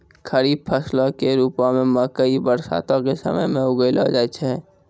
खरीफ फसलो के रुपो मे मकइ बरसातो के समय मे उगैलो जाय छै